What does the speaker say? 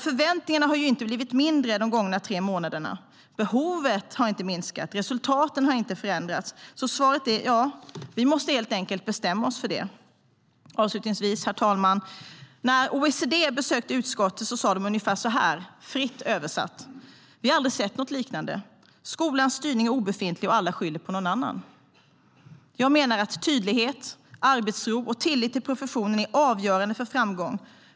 Förväntningarna har inte blivit mindre de gångna tre månaderna, behovet har inte minskat och resultaten har inte förändrats, så svaret är ja, vi måste helt enkelt bestämma oss för det. Jag menar att tydlighet, arbetsro och tilltro till professionen är avgörande för framgång.